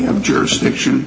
have jurisdiction